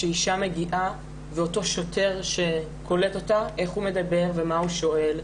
כשאישה מגיעה ואותו שוטר שקולט אותה איך הוא מדבר ומה הוא שואל.